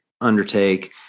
undertake